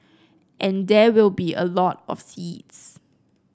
and there will be a lot of seeds